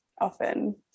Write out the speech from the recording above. often